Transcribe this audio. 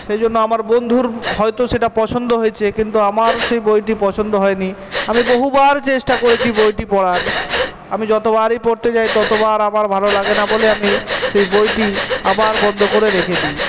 সেই জন্য আমার বন্ধুর হয়তো সেটা পছন্দ হয়েছে কিন্তু আমার সেই বইটি পছন্দ হয় নি আমি বহুবার চেষ্টা করেছি বইটি পড়ার আমি যতোবারই পড়তে যাই ততবার আমার ভালো লাগে না বলে আমি সেই বইটি আবার বন্ধ করে রেখে দিই